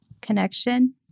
connection